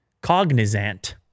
Cognizant